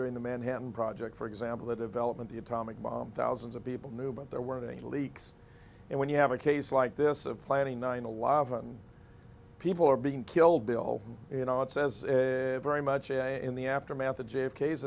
during the manhattan project for example the development the atomic bomb thousands of people knew but there weren't any leaks and when you have a case like this of planning nine eleven people are being killed bill you know it says very much a in the aftermath of j